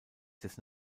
des